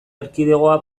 erkidegoa